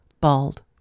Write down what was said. bald